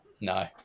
No